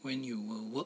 when you will work